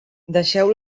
deixeu